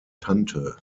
tante